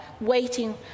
waiting